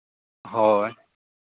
ᱦᱳᱭ